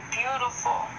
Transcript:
beautiful